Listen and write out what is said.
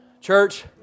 Church